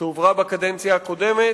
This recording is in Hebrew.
שהועברה בקדנציה הקודמת,